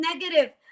negative